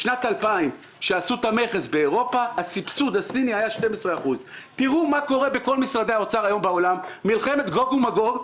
בשנת 2,000 כאשר עשו את המכס באירופה הסבסוד הסיני היה 12%. תראו מה קורה בכל משרדי האוצר היום בעולם מלחמת גוג ומגוג,